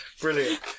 Brilliant